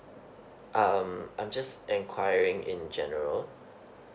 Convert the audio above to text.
um I'm just inquiring in general